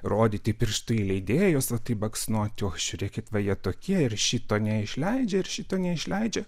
rodyti pirštu į leidėjus o tai baksnoti o žiūrėkit va jie tokie ir šito neišleidžia ir šito neišleidžia